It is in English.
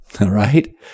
right